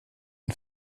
ein